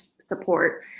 support